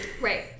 right